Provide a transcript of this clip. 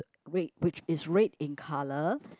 red which is red in colour